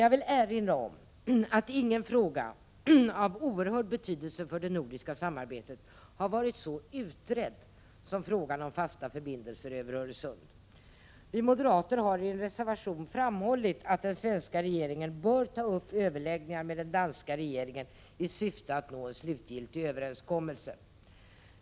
Jag vill emellertid erinra om att ingen fråga av så stor betydelse för det nordiska samarbetet har blivit så utredd som frågan om en fast förbindelse över Öresund. Vi moderater har i en reservation framhållit att den svenska regeringen bör ta upp överläggningar med den danska regeringen i syfte att nå en slutgiltig överenskommelse.